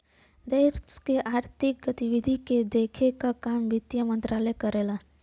देश के आर्थिक गतिविधि के देखे क काम वित्त मंत्री करलन